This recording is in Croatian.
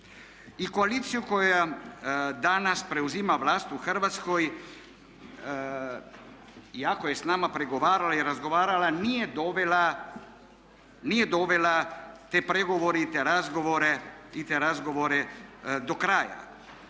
koaliciju koja danas preuzima vlast u Hrvatskoj iako je s nama pregovarala i razgovarala nije dovela te pregovore i te razgovore do kraja.